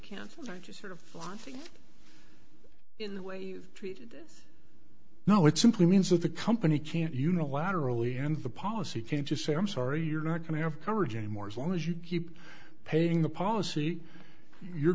can't just sort of in the way you treated no it simply means that the company can't unilaterally end the policy can't just say i'm sorry you're not going to have coverage anymore as long as you keep paying the policy you're